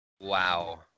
Wow